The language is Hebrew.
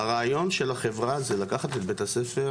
הרעיון של החברה זה לקחת את בית הספר